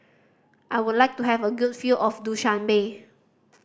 I would like to have a good view of Dushanbe